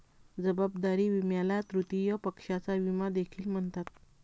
जबाबदारी विम्याला तृतीय पक्षाचा विमा देखील म्हणतात